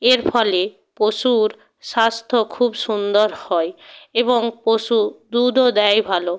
এর ফলে পশুর স্বাস্থ্য খুব সুন্দর হয় এবং পশু দুধও দেয় ভালো